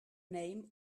name